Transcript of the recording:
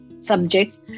subjects